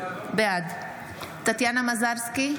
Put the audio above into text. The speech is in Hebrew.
בעד טטיאנה מזרסקי,